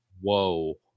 Whoa